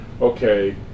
okay